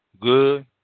good